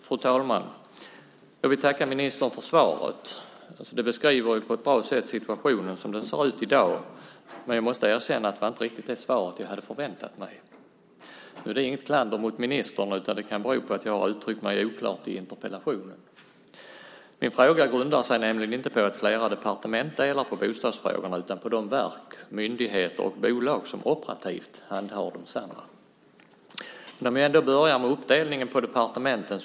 Fru talman! Jag vill tacka ministern för svaret. Det beskriver på ett bra sätt situationen som den ser ut i dag, men jag måste erkänna att det var inte riktigt det svaret jag hade förväntat mig. Nu är det inget klander mot ministern, utan det kan bero på att jag har uttryckt mig oklart i interpellationen. Min fråga grundar sig nämligen inte på att flera departement delar på bostadsfrågorna utan på de verk, myndigheter och bolag som operativt handhar desamma. Jag kan ändå börja med uppdelningen på departementen.